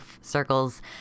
circles